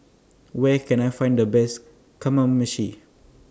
Where Can I Find The Best Kamameshi